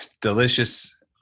delicious